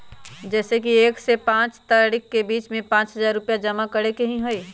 जैसे कि एक से पाँच तारीक के बीज में पाँच हजार रुपया जमा करेके ही हैई?